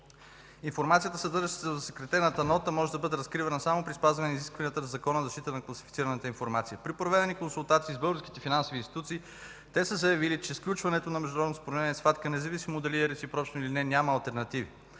Информацията, съдържаща се в засекретената нота, може да бъде разкривана само при спазване на изискванията на Закона за защита на класифицираната информация. При проведени консултации с българските финансови институции, те са заявили, че сключването на международното Споразумение, независимо дали е реципрочно или не, няма алтернативи.